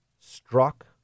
struck